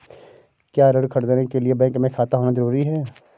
क्या ऋण ख़रीदने के लिए बैंक में खाता होना जरूरी है?